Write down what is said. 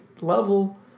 level